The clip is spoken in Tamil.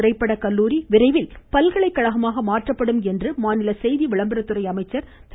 திரைப்பட கல்லூரி விரைவில் பல்கலைக்கழகமாக மாற்றப்படும் என்று மாநில செய்தி விளம்பரத்துறை அமைச்சர் திரு